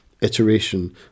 iteration